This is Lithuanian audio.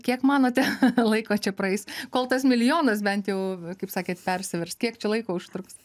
kiek manote laiko čia praeis kol tas milijonas bent jau kaip sakėt persivers kiek čia laiko užtruks